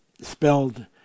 spelled